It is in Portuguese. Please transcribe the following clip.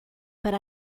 para